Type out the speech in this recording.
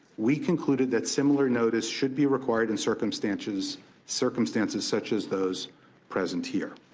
we concluded that similar notice should be required in circumstances circumstances such as those present here.